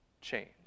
change